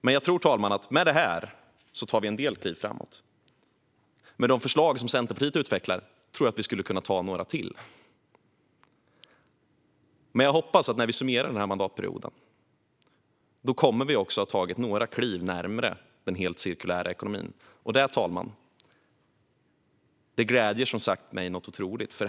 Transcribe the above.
Men jag tror, herr talman, att vi med detta tar en del kliv framåt. Med de förslag som Centerpartiet utvecklar tror jag att vi skulle kunna ta några till. Jag hoppas att vi, när vi summerar denna mandatperiod, kommer att ha tagit några kliv närmare den helt cirkulära ekonomin. Det, herr talman, gläder mig något otroligt.